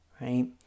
right